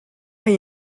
chi